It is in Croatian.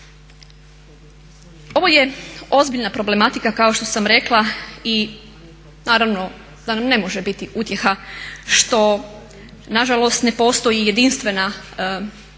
Ovo je ozbiljna problematika kao što sam rekla i naravno da nam ne može biti utjeha što nažalost ne postoji jedinstvena europska